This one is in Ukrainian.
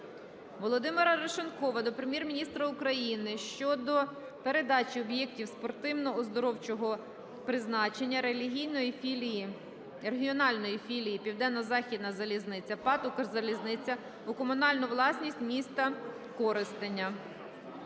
Володимира Арешонкова до Прем'єр-міністра України щодо передачі об'єктів спортивно - оздоровчого призначення регіональної філії "Південно-Західна залізниця" ПАТ "Укрзалізниця" у комунальну власність міста Коростеня.